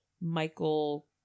Michael